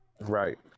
Right